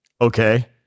okay